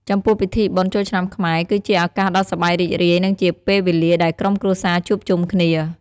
ចំពោះពិធីបុណ្យចូលឆ្នាំខ្មែរ គឺជាឱកាសដ៏សប្បាយរីករាយ និងជាពេលវេលាដែលក្រុមគ្រួសារជួបជុំគ្នា។